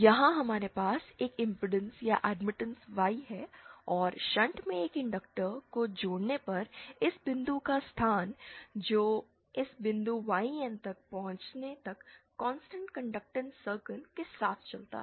यहां हमारे पास यह इंपेडेंस या एडमिटेंस Y है और शंट में इंडक्टर को जोड़ने पर इस बिंदु का स्थान जो कि इस बिंदु YN तक पहुंचने तक कांस्टेंट कंडक्टेंस सर्कल के साथ चलता है